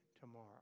tomorrow